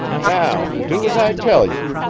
now, do as i tell you.